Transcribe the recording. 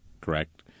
correct